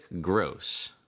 gross